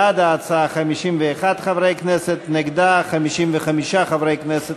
בעד ההצעה, 51 חברי כנסת, נגדה, 55 חברי כנסת.